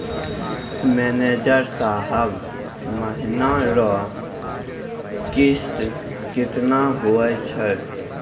manager साहब महीना रो किस्त कितना हुवै छै